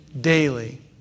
daily